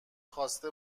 خواسته